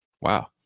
Wow